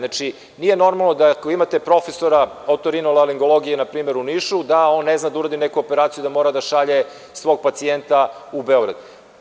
Nije normalno, ako imate profesora otorinolaringologije, na primer, u Nišu, da on ne zna da uradi neku operaciju, da mora da šalje svog pacijenta u Beograd.